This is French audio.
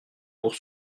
pour